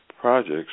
projects